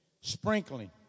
sprinkling